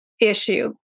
issue